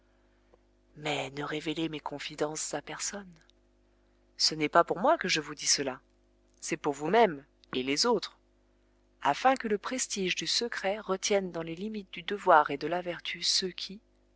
mais ne révélez mes confidences à personne ce n'est pas pour moi que je vous dis cela c'est pour vous-même et les autres afin que le prestige du secret retienne dans les limites du devoir et de la vertu ceux qui